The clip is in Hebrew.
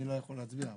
אני לא יכול להצביע.